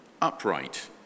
upright